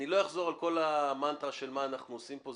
אני לא אחזור על כל המנטרה של מה אנחנו עושים פה,